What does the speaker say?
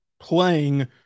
playing